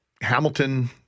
Hamilton